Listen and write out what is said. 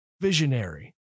visionary